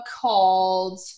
called